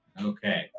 Okay